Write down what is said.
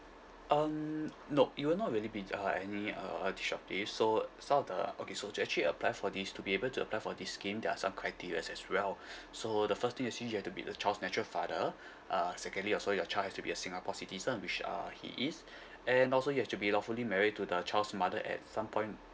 um nope you will not really be uh any uh so some of the okay so to actually apply for this to be able to apply for this scheme there are some criterias as well so the first thing is you you have to be the child's natural father uh secondly also your child has to be a singapore citizen which uh he is and also you have to be lawfully married to the child's mother at some point